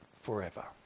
forever